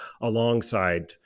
alongside